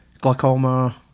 glaucoma